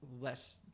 Less